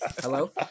Hello